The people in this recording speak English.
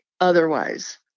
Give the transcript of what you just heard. otherwise